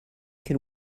can